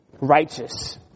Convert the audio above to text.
righteous